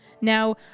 Now